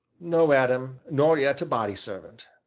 no, adam, nor yet a body servant.